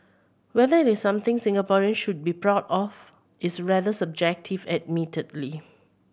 whether it is something Singaporeans should be proud of is rather subjective admittedly